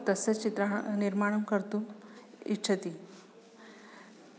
तस्य चित्रं ह निर्माणं कर्तुम् इच्छति